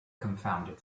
confounded